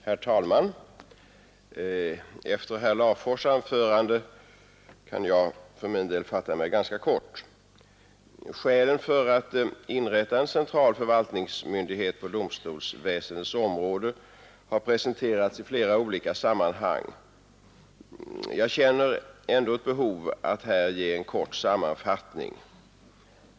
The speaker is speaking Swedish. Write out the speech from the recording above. Herr talman! Efter herr Larfors” anförande kan jag för min del fatta mig ganska kort. Skälen för att inrätta en central förvaltningsmyndighet på domstolsväsendets område har presenterats i flera olika sammanhang. Jag känner ändå ett behov av att här ge en kort sammanfattning.